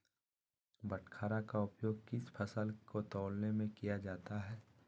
बाटखरा का उपयोग किस फसल को तौलने में किया जाता है?